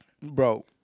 Bro